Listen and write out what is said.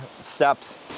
steps